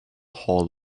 hall